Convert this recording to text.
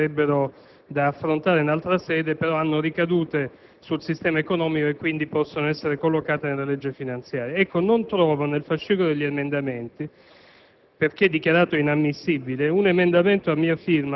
ci ha spiegato che, pur trattandosi di riforme che sarebbe opportuno affrontare in altra sede, hanno però ricadute sul sistema economico e, quindi, possono essere collocate nel disegno di legge finanziaria. Non c'è nel fascicolo degli emendamenti,